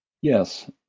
Yes